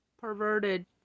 PERVERTED